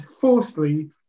fourthly